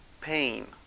pain